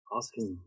asking